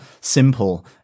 simple